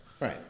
Right